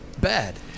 bad